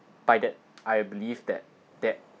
by that I believe that that